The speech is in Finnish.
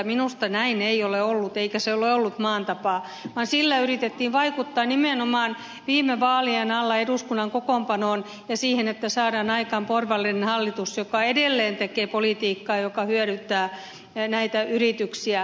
minusta näin ei ole ollut eikä se ole ollut maan tapa vaan sillä yritettiin vaikuttaa nimenomaan viime vaalien alla eduskunnan kokoonpanoon ja siihen että saadaan aikaan porvarillinen hallitus joka edelleen tekee politiikkaa joka hyödyttää näitä yrityksiä